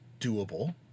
doable